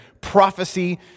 prophecy